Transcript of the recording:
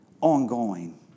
ongoing